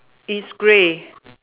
it's grey